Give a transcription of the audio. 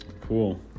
Cool